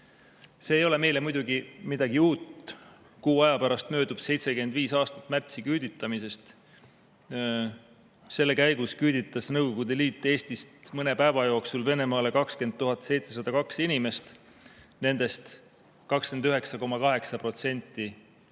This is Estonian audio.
ei ole meile muidugi midagi uut. Kuu aja pärast möödub 75 aastat märtsiküüditamisest. Selle käigus küüditas Nõukogude Liit Eestist mõne päeva jooksul Venemaale 20 702 inimest, nendest 29,8% ehk